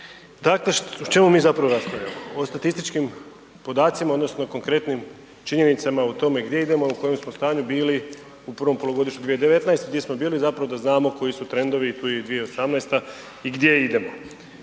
Dakle o čemu mi zapravo raspravljamo? O statističkim podacima odnosno konkretnim činjenicama gdje idemo i u kojem smo stanju bili u prvom polugodištu 2019., gdje smo bili zapravo da znamo koji su trendovi, tu je i 2018. i gdje idemo,